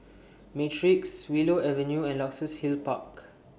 Matrix Willow Avenue and Luxus Hill Park